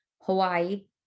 Hawaii